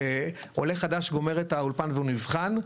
כשעולה חדש גומר את האולפן והוא נבחן,